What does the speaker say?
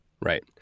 Right